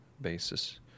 basis